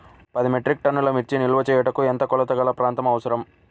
పది మెట్రిక్ టన్నుల మిర్చి నిల్వ చేయుటకు ఎంత కోలతగల ప్రాంతం అవసరం?